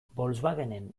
volkswagenen